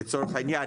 לצורך העניין,